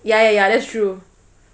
ya ya ya that's true